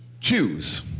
Choose